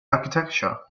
architecture